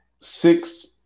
six